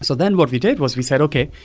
so then what we did was we said, okay,